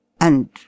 and